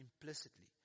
implicitly